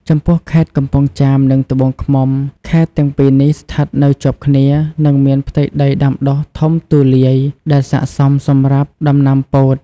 ចំពោះខេត្តកំពង់ចាម និងត្បូងឃ្មុំ ខេត្តទាំងពីរនេះស្ថិតនៅជាប់គ្នា និងមានផ្ទៃដីដាំដុះធំទូលាយដែលស័ក្តិសមសម្រាប់ដំណាំពោត។